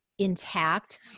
Intact